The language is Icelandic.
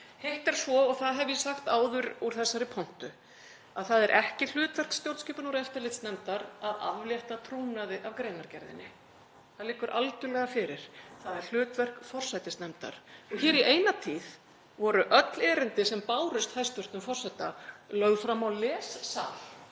Hitt er svo, og það hef ég sagt áður í þessari pontu, að það er ekki hlutverk stjórnskipunar- og eftirlitsnefndar að aflétta trúnaði af greinargerðinni. Það liggur algerlega fyrir. Það er hlutverk forsætisnefndar. Hér í eina tíð voru öll erindi sem bárust hæstv. forseta lögð fram á lessal